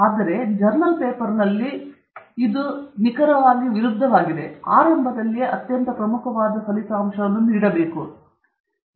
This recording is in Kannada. ಇಲ್ಲಿ ಜರ್ನಲ್ ಪೇಪರ್ನಲ್ಲಿ ನಿಖರವಾದ ವಿರುದ್ಧವು ನಿಜವಾಗಿದೆ ನೀವು ಆರಂಭದಲ್ಲಿಯೇ ಅತ್ಯಂತ ಪ್ರಮುಖವಾದ ಫಲಿತಾಂಶವನ್ನು ನೀಡುತ್ತೀರಿ